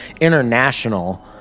international